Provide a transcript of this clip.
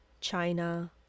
China